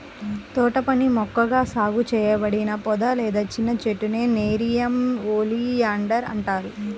తోటపని మొక్కగా సాగు చేయబడిన పొద లేదా చిన్న చెట్టునే నెరియం ఒలియాండర్ అంటారు